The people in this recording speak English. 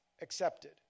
accepted